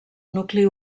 nucli